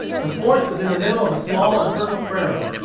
the fort was in the middle of a small and fertile prairie.